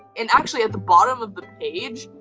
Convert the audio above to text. and actually, at the bottom of the page,